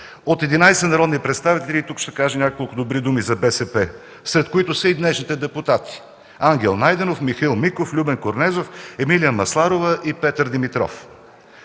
от 11 народни представители. Тук ще кажа няколко добри думи за БСП, сред които са и днешните депутати Ангел Найденов, Михаил Миков, Любен Корнезов, Емилия Масларова и Петър Димитров.